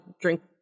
drink